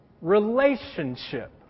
Relationship